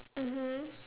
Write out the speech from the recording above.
mmhmm